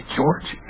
George